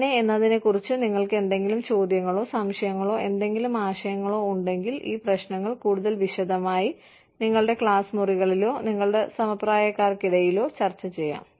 എങ്ങനെ എന്നതിനെക്കുറിച്ച് നിങ്ങൾക്ക് എന്തെങ്കിലും ചോദ്യങ്ങളോ സംശയങ്ങളോ എന്തെങ്കിലും ആശയങ്ങളോ ഉണ്ടെങ്കിൽ ഈ പ്രശ്നങ്ങൾ കൂടുതൽ വിശദമായി നിങ്ങളുടെ ക്ലാസ് മുറികളിലോ നിങ്ങളുടെ സമപ്രായക്കാർക്കിടയിലോ ചർച്ച ചെയ്യാം